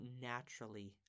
naturally